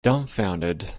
dumbfounded